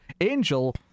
Angel